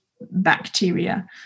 bacteria